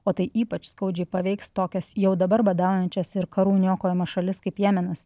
o tai ypač skaudžiai paveiks tokias jau dabar badaujančias ir karų neniokojama šalis kaip jemenas